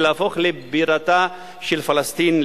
ולהפוך לבירתה של פלסטין,